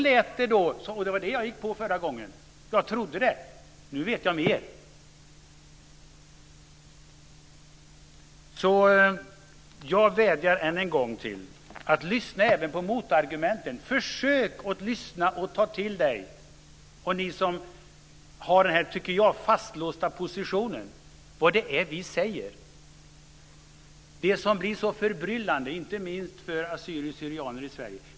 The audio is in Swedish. Det var det jag gick på förra gången som det lät så här; jag trodde det. Men nu vet jag mer. Jag vädjar än en gång till er: Lyssna även på motargumenten! Försök att lyssna och ta till er - ni som har den här, som jag tycker, fastlåsta positionen. Lyssna på vad det är som vi säger. Det blir så förbryllande, inte minst för asyrier/syrianer i Sverige.